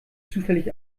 zufällig